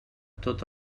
tots